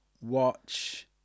watch